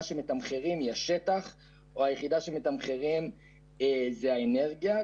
שמתמחרים היא השטח או שהיחידה שמתמחרים זה האנרגיה.